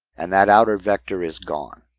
and that outer vector is gone.